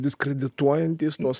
diskredituojantys tuos